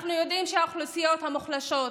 אנחנו יודעים שהאוכלוסיות המוחלשות,